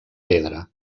pedra